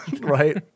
right